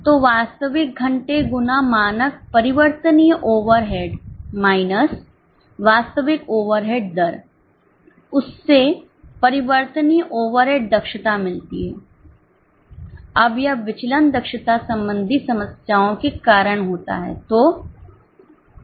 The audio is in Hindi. तो वास्तविक घंटे गुना मानक परिवर्तनीय ओवरहेड माइनस वास्तविक ओवरहेड दर उससे परिवर्तनीय ओवरहेड दक्षता मिलती है अब यह विचलन दक्षता संबंधी समस्याओं के कारण होता है